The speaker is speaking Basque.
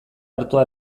artoa